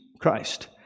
Christ